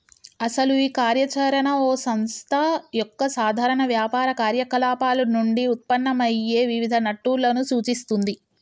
అసలు ఈ కార్య చరణ ఓ సంస్థ యొక్క సాధారణ వ్యాపార కార్యకలాపాలు నుండి ఉత్పన్నమయ్యే వివిధ నట్టులను సూచిస్తుంది